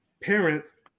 parents